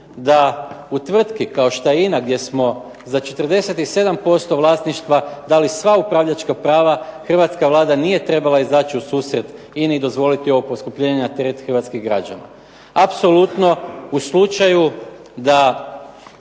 da u tvrtki kao što je INA, gdje smo za 47% vlasništva dali sva upravljačka prava, hrvatska Vlada nije trebala izaći u susret INA-i i dozvoliti ovo poskupljenje na teret hrvatskih građana. Apsolutno u slučaju da